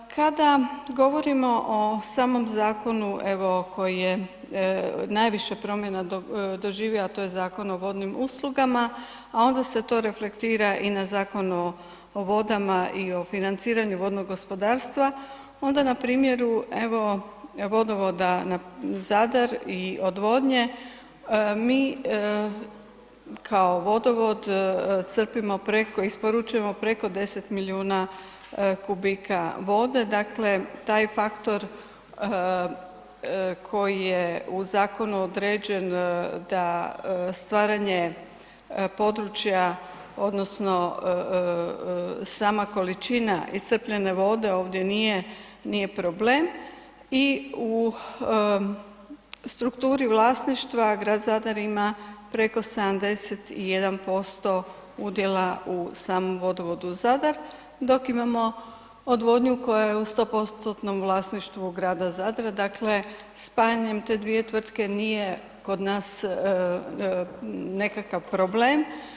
Kada govorimo o samom zakonu, evo, koji je najviše promjena doživio, a to je Zakon o vodnim uslugama, a onda se to reflektira i na Zakon o vodama i o financiranju vodnog gospodarstva, onda na primjeru, evo, Vodovoda Zadar i odvodnje, mi kao vodovod crpimo preko, isporučujemo preko 10 milijuna kubika vode, dakle, taj faktor koji je u zakonu određen da stvaranje područja odnosno sama količina iscrpljene vode ovdje nije problem i u strukturi vlasništva grad Zadar ima preko 71% udjela u samom Vodovodu Zadar, dok imamo odvodnju koja je u 100%-tnom vlasništvu grada Zadra, dakle, spajanjem te dvije tvrtke nije kod nas nekakav problem.